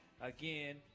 again